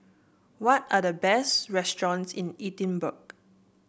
what are the best restaurants in Edinburgh